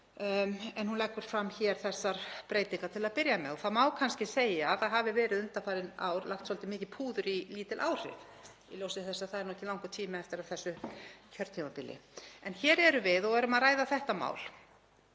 en hún leggur fram hér þessar breytingar til að byrja með. Það má kannski segja að það hafi verið undanfarin ár lagt svolítið mikið púður í lítil áhrif, í ljósi þess að það er ekki langur tími eftir af þessu kjörtímabili. En hér erum við og erum að ræða þetta mál